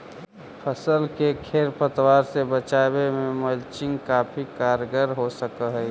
फसल के खेर पतवार से बचावे में मल्चिंग काफी कारगर हो सकऽ हई